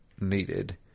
needed